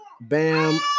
Bam